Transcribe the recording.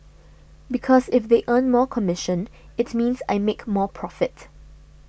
because if they earn more commission it means I make more profit